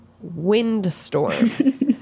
windstorms